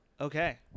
Okay